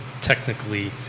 technically